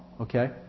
okay